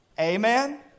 Amen